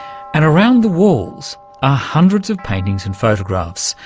and around the walls are hundreds of paintings and photographs,